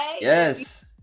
Yes